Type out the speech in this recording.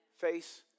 Face